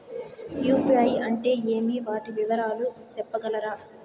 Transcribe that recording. UPI అంటే ఏమి? వాటి వివరాలు సెప్పగలరా?